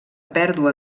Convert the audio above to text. pèrdua